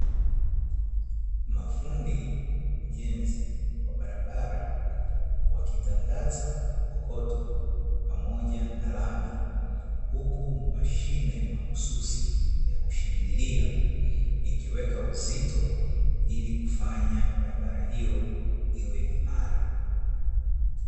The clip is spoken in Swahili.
Mafundi ujenzi wa barabara wakitandaza kokoto pamoja na rami, huku mashine mahususi ya kushindilia ikiweka uzito ili kufanya barabara hiyo iwe imara.